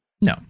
No